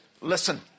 listen